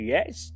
Yes